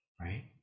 Right